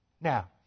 Now